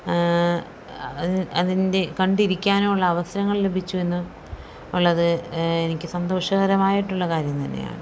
അതിൻ്റെ കണ്ടിരിക്കാനുള്ള അവസരങ്ങൾ ലഭിച്ചുവെന്നും ഉള്ളത് എനിക്ക് സന്തോഷകരമായിട്ടുള്ള കാര്യം തന്നെയാണ്